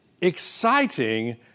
exciting